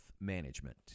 Management